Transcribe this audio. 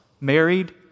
married